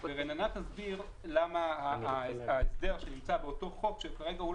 רננה תסביר למה ההסבר שנמצא באותו חוק, שכרגע לא